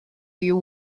you